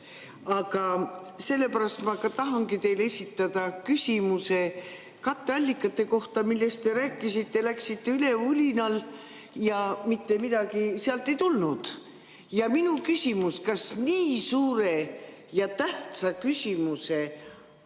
on. Sellepärast ma tahangi teile esitada küsimuse katteallikate kohta, millest te rääkisite, läksite üle vulinal ja mitte midagi sealt ei tulnud. Ja minu küsimus: kas nii suure ja tähtsa küsimuse